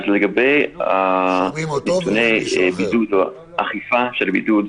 לגבי נתוני האכיפה של הבידוד,